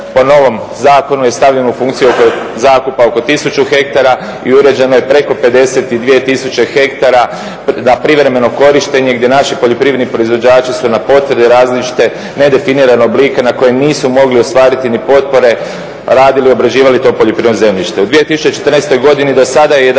po novom zakonu je stavljen u funkciju oko zakupa oko 1000 ha i uređeno je preko 52000 ha na privremeno korištenje gdje naši poljoprivredni proizvođači su na …/Govornik se ne razumije./… različite nedefinirane oblike na kojim nisu mogli ostvariti ni potpore, radili, obrađivali to poljoprivredno zemljište. U 2014. godini do sada je 11000